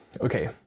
okay